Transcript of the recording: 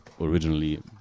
originally